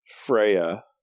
Freya